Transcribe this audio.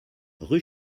rue